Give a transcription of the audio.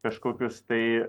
kažkokius tai